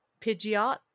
Pidgeot